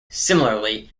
similarly